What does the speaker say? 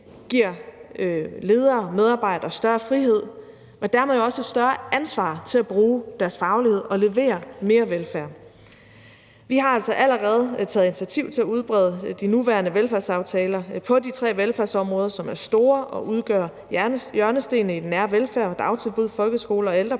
giver ledere og medarbejdere større frihed – og dermed også et større ansvar – til at bruge deres faglighed og levere mere velfærd. Vi har altså allerede taget initiativ til at udbrede de nuværende velfærdsaftaler på de tre velfærdsområder, som er store og udgør hjørnestenene i den nære velfærd – dagtilbud, folkeskole og ældrepleje